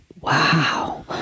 Wow